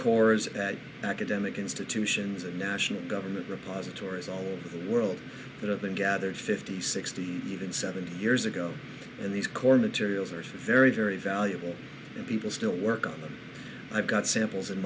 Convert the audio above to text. and national government repositories all over the world that have been gathered fifty sixty even seventy years ago and these core materials are very very valuable and people still work on them i've got samples in